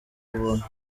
ubuntu